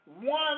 one